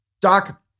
Doc